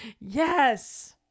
Yes